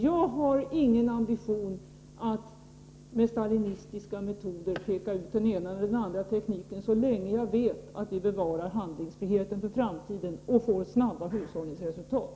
Jag har ingen ambition att med stalinistiska metoder peka ut den ena eller den andra tekniken, så länge jag vet att vi bevarar handlingsfriheten för framtiden och får snabba hushållningsresultat.